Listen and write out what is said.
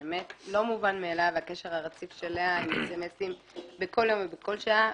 באמת לא מובן מאליו הקשר הרציף של לאה עם סמ"סים בכל יום ובכל שעה,